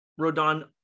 Rodon